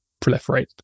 proliferate